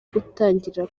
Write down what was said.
gutangira